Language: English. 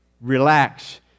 relax